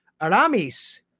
Aramis